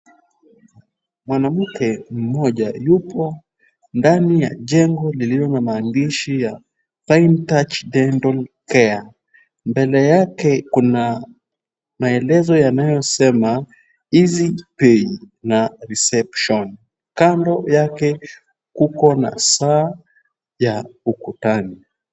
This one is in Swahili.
Mwanamke mmoja yupo ndani ya jengo lililo na maandishi ya Fine touch dental care . Mbele yake kuna maelezo yanayosema eazzypay na reception . Kando yake kuko na saa ya ukutani.